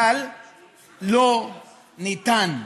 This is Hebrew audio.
אבל אין אפשרות,